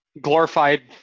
glorified